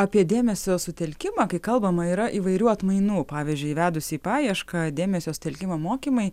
apie dėmesio sutelkimą kai kalbama yra įvairių atmainų pavyzdžiui įvedusi į paiešką dėmesio sutelkimo mokymai